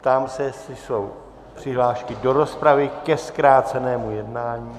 Ptám se, jestli jsou přihlášky do rozpravy ke zkrácenému jednání.